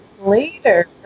later